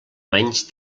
menys